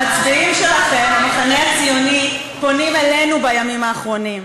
המחנה הציוני, פונים אלינו בימים האחרונים,